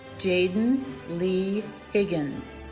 jaden lee higgins